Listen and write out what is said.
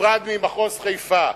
הופרד ממחוז חיפה.